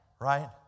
right